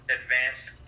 advanced